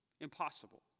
Impossible